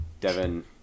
Devin